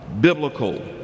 biblical